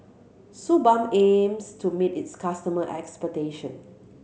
Suu Balm aims to meet its customer ' expectation